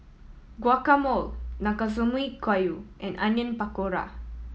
Guacamole Nanakusa Gayu and Onion Pakora